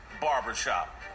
barbershop